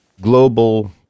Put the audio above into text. global